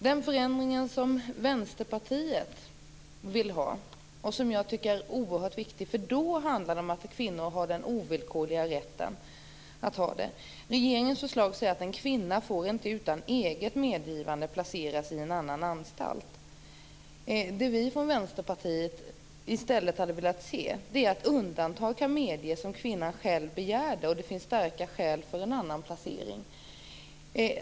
Den förändring som Vänsterpartiet vill ha tycker jag är oerhört viktig. Då handlar det om att kvinnor har den ovillkorliga rätten. Regeringens förslag är att en kvinna inte utan eget medgivande får placeras i en annan anstalt. Det vi från Vänsterpartiet hade velat se är i stället att undantag kan medges om kvinnan själv begär det och det finns starka skäl för en annan placering.